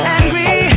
angry